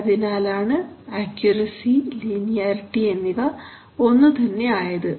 അതിനാലാണ് accuracy linearity എന്നിവ ഒന്നുതന്നെ ആയത്